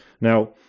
Now